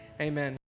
Amen